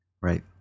Right